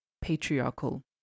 patriarchal